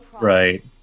right